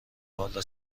حالا